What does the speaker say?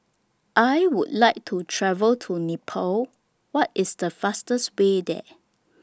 I Would like to travel to Nepal What IS The fastest Way There